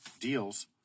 deals